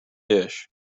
dish